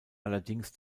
allerdings